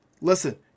listen